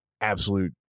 absolute